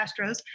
Astros